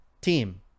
team